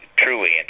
truly